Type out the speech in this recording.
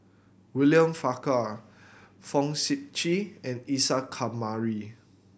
William Farquhar Fong Sip Chee and Isa Kamari